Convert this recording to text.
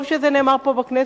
טוב שזה נאמר פה בכנסת.